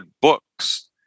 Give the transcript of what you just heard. books